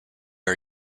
are